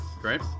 Great